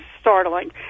startling